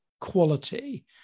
quality